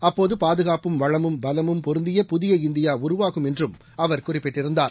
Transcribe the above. அப்போதபாதுகாப்டும் வளமும் பலமும் பொருந்திய புதிய இந்தியாஉருவாகும் என்றும் அவர் குறிப்பிட்டிருந்தார்